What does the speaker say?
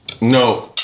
No